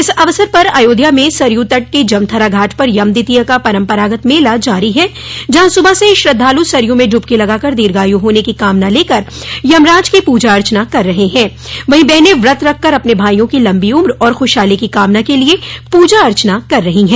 इस अवसर पर अयोध्या में सरयू तट के जमथरा घाट पर यम द्वितीया का परम्परागत मेला जारी है जहां सुबह से ही श्रद्धालु सरयू में डुबकी लगाकर दीर्घायु होने की कामना लेकर यमराज की पूजा अर्चना कर रहे हैं वहीं बहनें व्रत रख कर अपने भाइयों की लम्बी उम्र और खुशहाली की कामना क लिए पूजा अर्चना कर रही हैं